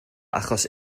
achos